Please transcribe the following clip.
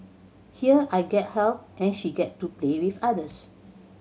here I get help and she gets to play with others